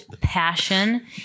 passion